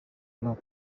rap